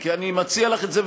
כי אני מציע לך את זה,